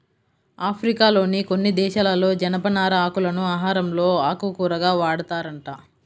ఆఫ్రికాలోని కొన్ని దేశాలలో జనపనార ఆకులను ఆహారంలో ఆకుకూరగా వాడతారంట